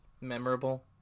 memorable